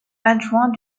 adjoint